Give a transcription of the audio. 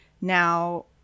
now